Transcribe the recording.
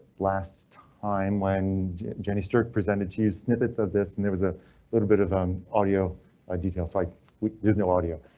last time, when jennie stuart presented to you snippets of this and there was a little bit of um audio ah details like there's no audio,